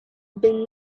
been